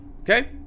okay